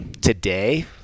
today